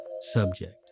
subject